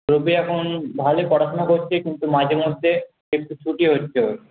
রবি এখন ভালোই পড়াশোনা করছে কিন্তু মাঝে মধ্যে একটু ত্রুটি হচ্ছে ওর